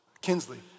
Kinsley